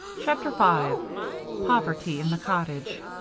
chapter five poverty in the cottage